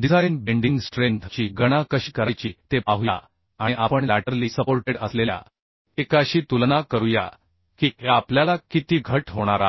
design bending strength ची गणना कशी करायची ते पाहूया आणि आपण लॅटरली सपोर्टेड असलेल्या एकाशी तुलना करूया की आपल्याला किती घट होणार आहे